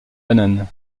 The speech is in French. banane